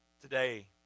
today